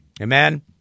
Amen